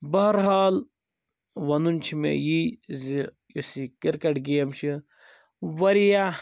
بہرحال وَنُن چھُ مےٚ یی زِ یُس یہِ کرکٹ گیم چھِ واریاہ